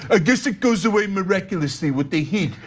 ah guess it goes away miraculously with the heat.